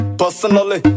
personally